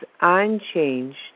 unchanged